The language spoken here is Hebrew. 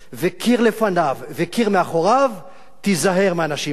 וקיר לפניו וקיר מאחוריו, תיזהר מהאנשים האלה.